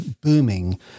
booming